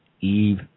Eve